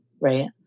right